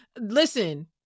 Listen